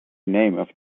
name